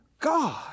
God